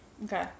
Okay